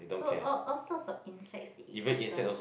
so all all sorts of insect to eat and serve